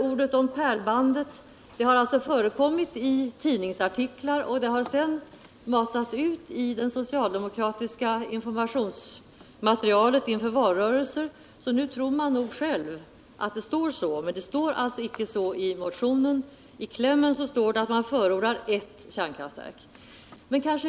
Ordet ”pärlband” har förekommit i tidningsartiklar och har sedan matats in i det socialdemokratiska informationsmaterialet inför valrörelser, så nu tror nog socialdemokraterna att det står så i motionen. Men i klämmen står det att man förordar ett kärnkraftverk.